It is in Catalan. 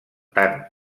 tant